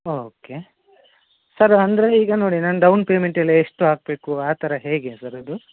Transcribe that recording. okay sir ಅಂದರೆ ಈಗ ನೋಡಿ ನಾನು ಡೌನ್ಪೇಮೆಂಟೆಲ್ಲ ಎಷ್ಟು ಹಾಕ್ಬೇಕು ಆ ಥರ ಹೇಗೆ ಸರ್ ಅದು